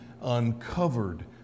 uncovered